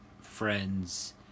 friends